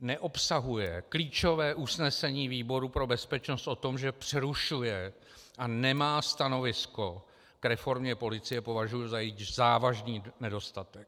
neobsahuje klíčové usnesení výboru pro bezpečnost o tom, že přerušuje a nemá stanovisko k reformě policie, považuji za její závažný nedostatek.